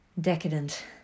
decadent